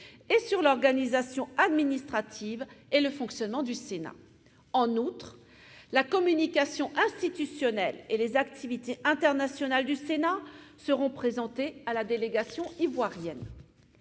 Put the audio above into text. et sur l'organisation administrative et le fonctionnement du Sénat. En outre, la communication institutionnelle et les activités internationales du Sénat seront présentées à la délégation ivoirienne.